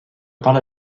parles